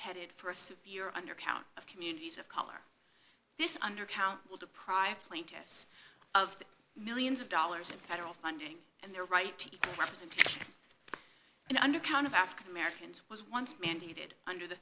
headed for a severe undercount of communities of color this undercount will deprive plaintiffs of the millions of dollars in federal funding and their right to equal and an undercount of african americans was once mandated under the